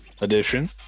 edition